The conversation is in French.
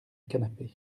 canapé